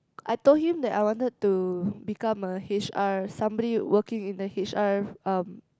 I told him that I wanted to become a H_R somebody working in the H_R um